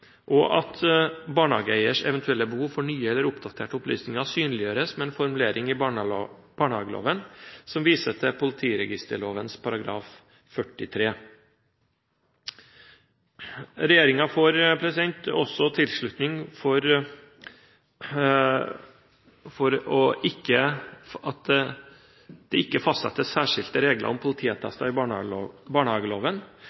og at barnehageeiers eventuelle behov for nye eller oppdaterte opplysninger synliggjøres med en formulering i barnehageloven som viser til politiregisterloven § 43. Regjeringen får tilslutning til at det i barnehageloven ikke fastsettes særskilte regler om